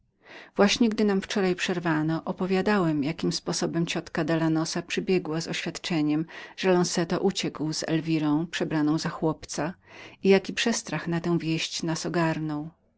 właśnie gdy nam wczoraj przerwano opowiadałamopowiadałem jakim sposobem ciotka dalanosa przybiegła z oświadczeniem że lonzeto uciekł z elwirą przebraną za chłopca i jaki przestrach na tę wieść nas ogarnął